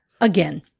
Again